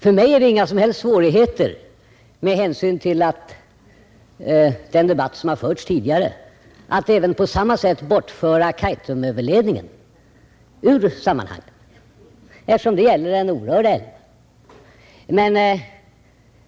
För mig är det inga som helst svårigheter att med hänsyn till den debatt som förts tidigare på samma sätt bortföra Kaitumöverledningen ur sammanhanget, eftersom den gäller en orörd älv.